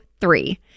three